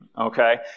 okay